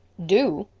do?